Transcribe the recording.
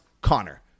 Connor